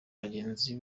bagenzi